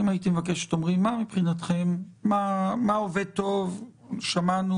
מבחינתכם מה שעובד טוב שמענו,